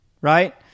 right